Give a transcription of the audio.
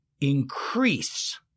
increase